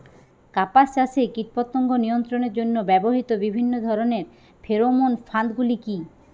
কাপাস চাষে কীটপতঙ্গ নিয়ন্ত্রণের জন্য ব্যবহৃত বিভিন্ন ধরণের ফেরোমোন ফাঁদ গুলি কী?